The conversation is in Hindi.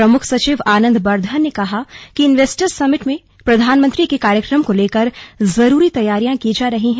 प्रमुख सचिव आनंद बर्धन ने कहा कि इनवेस्टर्स समिट में प्रधानमंत्री के कार्यक्रम को लेकर जरूरी तैयारियां की जा रही हैं